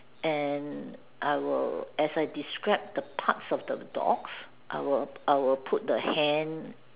and I will as I describe the parts of the dog I will I will put the hand